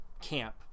camp